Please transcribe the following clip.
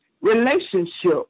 relationship